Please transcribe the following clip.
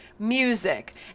music